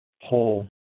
whole